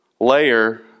layer